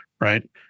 right